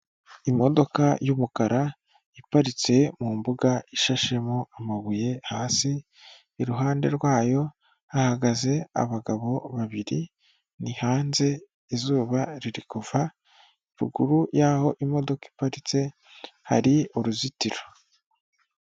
Imodoka y'umukara iparitse mu mbuga ishashemo amabuye hasi, iruhande rwayo hahagaze abagabo babiri, ni hanze izuba riri kuva ruguru y'aho imodoka iparitse hari uruzitiro.